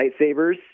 lightsabers